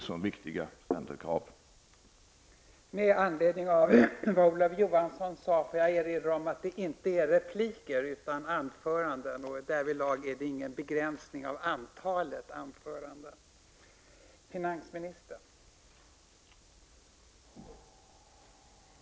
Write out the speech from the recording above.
Allt detta är viktiga centerkrav.